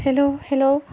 hello hello